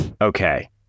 Okay